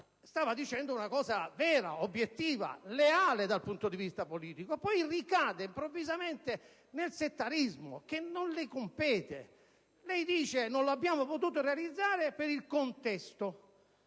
stava dicendo una cosa vera, obiettiva, leale dal punto di vista politico. Poi lei è ricaduto improvvisamente nel settarismo, che non le compete. Dice che non lo avete potuto realizzare per il contesto